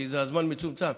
כי הזמן מצומצם: